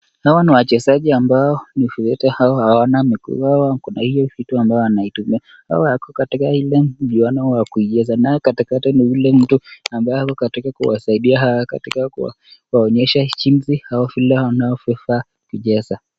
Hawa ni wachezaji ambao ni viwete hao hawana miguu, hao wakona hiyo vitu ambayo wanaitumia, hao wako katika ile mchuano wa kuieza naye katikati ni yule mtu ambaye yuko katika kuwasaidia hawa katika kuawaonesha jinsi au vile wanvyofaa kucheza.